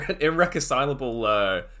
irreconcilable